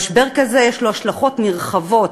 משבר כזה יש לו השלכות נרחבות,